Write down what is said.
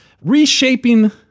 reshaping